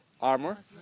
armor